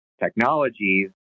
technologies